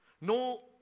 No